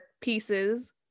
pieces